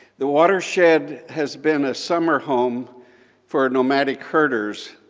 the watershed has been a summer home for nomadic herders